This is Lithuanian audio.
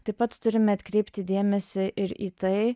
taip pat turime atkreipti dėmesį ir į tai